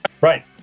right